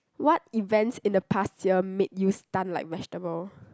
what events in the past year made you stunned like vegetable